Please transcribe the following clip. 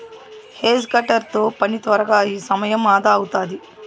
hedge cutter తో పని త్వరగా అయి సమయం అదా అవుతాది